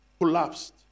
collapsed